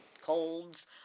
colds